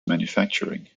manufacturing